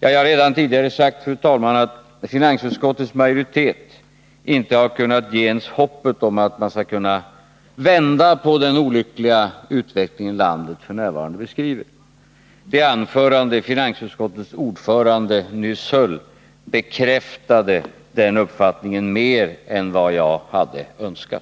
Jag har redan tidigare sagt, fru talman, att finansutskottets majoritet inte har kunnat ge ens hoppet om att man skall kunna vända på den olyckliga utveckling landet f. n. genomgår. Det anförande finansutskottets ordförande nyss höll bekräftade den uppfattningen mer än vad jag hade önskat.